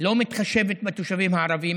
לא מתחשבת בתושבים הערבים,